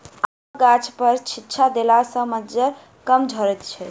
आमक गाछपर छिच्चा देला सॅ मज्जर कम झरैत छै